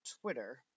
Twitter